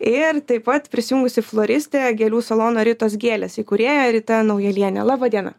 ir taip pat prisijungusi floristinė gėlių salono ritos gėlės įkūrėja rita naujalienė laba diena